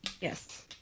yes